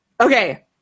Okay